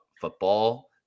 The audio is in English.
football